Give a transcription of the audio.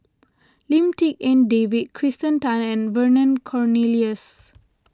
Lim Tik En David Kirsten Tan and Vernon Cornelius